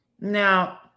Now